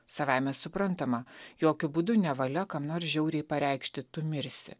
savaime suprantama jokiu būdu nevalia kam nors žiauriai pareikšti tu mirsi